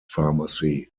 pharmacy